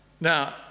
Now